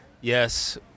yes